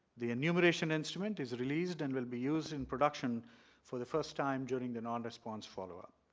the enumeration instrument is released and will be used in production for the first time during the non response follow-up.